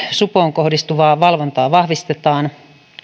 supoon kohdistuvaa valvontaa vahvistetaan